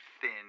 thin